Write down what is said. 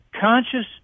conscious